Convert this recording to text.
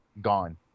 gone